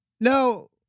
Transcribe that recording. No